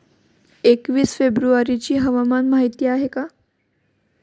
एकवीस फेब्रुवारीची हवामान माहिती आहे का?